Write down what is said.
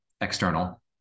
external